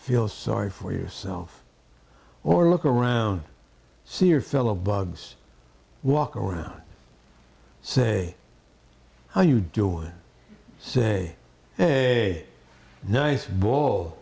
feel sorry for yourself or look around see your fellow bugs walk away say how you doing say a nice ball